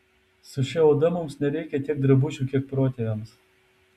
su šia oda mums nereikia tiek drabužių kiek protėviams